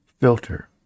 filter